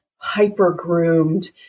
hyper-groomed